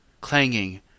clanging